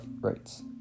rights